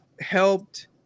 helped